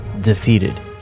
defeated